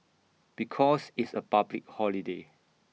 because it's A public holiday